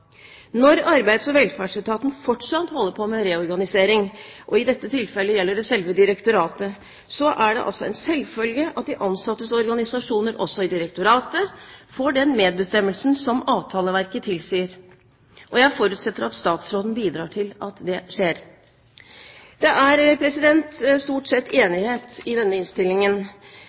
Når Arbeids- og velferdsetaten fortsatt holder på med reorganisering, og i dette tilfellet gjelder det selve direktoratet, er det en selvfølge at de ansattes organisasjoner, også i direktoratet, får den medbestemmelsen som avtaleverket tilsier. Jeg forutsetter at statsråden bidrar til at det skjer. Det er stort sett enighet i denne innstillingen.